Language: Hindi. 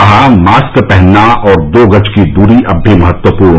कहा मास्क पहनना और दो गज की दूरी अब भी महत्वपूर्ण